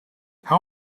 how